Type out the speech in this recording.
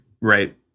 Right